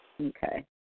Okay